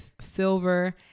silver